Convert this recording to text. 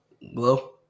Hello